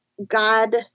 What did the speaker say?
God